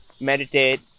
meditate